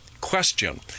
question